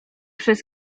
przez